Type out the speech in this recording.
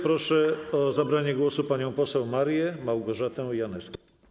Proszę o zabranie głosu panią poseł Marię Małgorzatę Janyską.